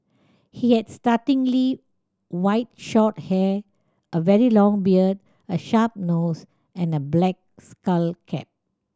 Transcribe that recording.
he had startlingly white short hair a very long beard a sharp nose and a black skull cap